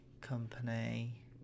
company